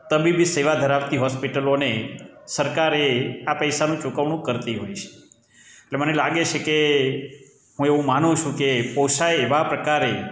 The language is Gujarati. તબીબી સેવા ધરાવતી હોસ્પિટલોને સરકારે આ પૈસાનું ચૂકવણું કરતી હોય છે એટલે મને લાગે છે કે હું એવું માનું છું કે પોસાય એવા પ્રકારે